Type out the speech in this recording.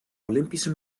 olympische